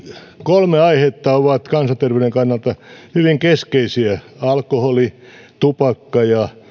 kolme aihetta ovat kansanterveyden kannalta hyvin keskeisiä alkoholi tupakka ja